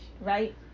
right